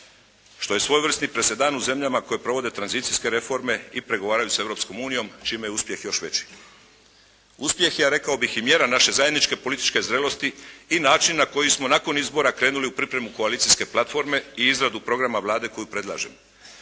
što je svojevrsni presedan u zemljama koje provode tranzicijske reforme i pregovaraju sa Europskom unijom čime je uspjeh još veći. Uspjeh je rekao bih i mjera naše zajedničke političke zrelosti i načina na koji smo nakon izbora krenuli u pripremu koalicijske platforme i izradu programa Vlade koju predlažemo.